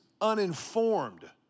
uninformed